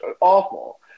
awful